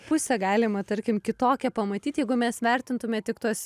pusę galima tarkim kitokią pamatyt jeigu mes vertintume tik tuos